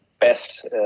best